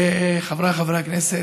חבריי חברי הכנסת,